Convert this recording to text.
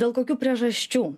dėl kokių priežasčių